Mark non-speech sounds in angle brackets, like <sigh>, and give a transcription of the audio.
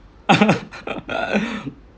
<laughs>